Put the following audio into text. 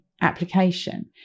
application